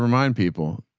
remind people.